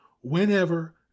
whenever